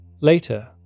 Later